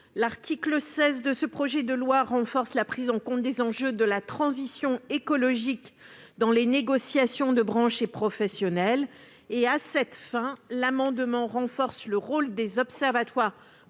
l'article 16 de ce projet de loi renforce la prise en compte des enjeux de la transition écologique dans les négociations de branches et professionnel et à cette fin, l'amendement renforce le rôle des observatoires